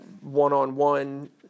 one-on-one